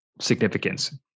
significance